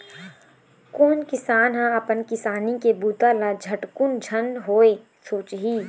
कोन किसान ह अपन किसानी के बूता ल झटकुन झन होवय सोचही